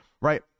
right